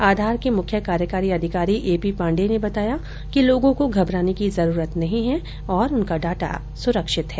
आधार के मुख्य कार्यकारी अधिकारी ए पी पांडेय ने बताया कि लोगों को घबराने की जरूरत नहीं है और उनका डाटा सुरक्षित है